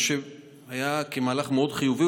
מה שהיה מהלך מאוד חיובי.